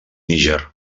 níger